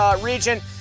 region